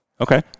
Okay